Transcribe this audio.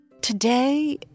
Today